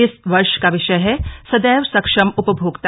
इस वर्ष का विषय है सदैव सक्षम उपभोक्ता